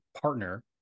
partner